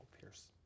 Pierce